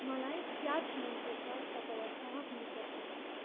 मलाई प्याज मनपर्छ तपाईँलाई थाहा हुनुपर्छ